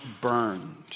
burned